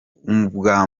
ubwa